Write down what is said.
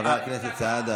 חבר הכנסת סעדה.